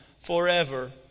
forever